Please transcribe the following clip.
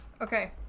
Okay